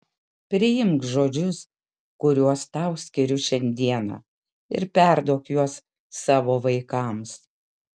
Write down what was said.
priimk žodžius kuriuos tau skiriu šiandieną ir perduok juos savo vaikams